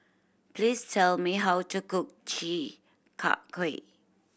please tell me how to cook Chi Kak Kuih